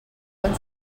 quan